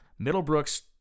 Middlebrooks